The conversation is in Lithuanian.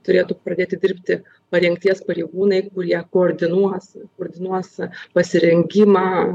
turėtų pradėti dirbti parengties pareigūnai kurie koordinuos koordinuos pasirengimą